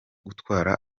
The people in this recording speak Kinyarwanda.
gutwara